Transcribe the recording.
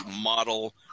model